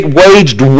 waged